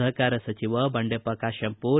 ಸಹಕಾರ ಸಚಿವ ಬಂಡೆಪ್ಪ ಕಾಶ್ಯಂಪೂರ